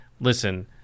listen